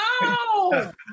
no